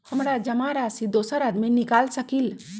हमरा जमा राशि दोसर आदमी निकाल सकील?